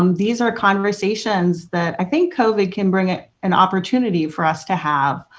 um these are conversations that i think covid can bring ah an opportunity for us to have